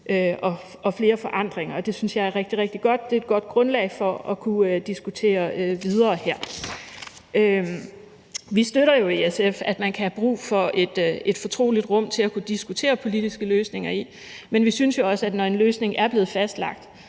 rigtig godt. Det er et godt grundlag for at kunne diskutere det videre. Vi anerkender jo i SF, at der kan være brug for et fortroligt rum til at kunne diskutere politiske løsninger i, men vi synes også, at når en løsning er blevet fastlagt,